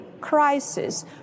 crisis